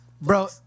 Bro